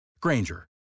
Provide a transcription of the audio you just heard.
Granger